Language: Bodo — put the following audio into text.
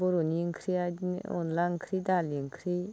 बर'नि ओंख्रिया बिदिनो अनला ओंख्रि दालि ओंख्रि